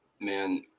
Man